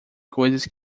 coisas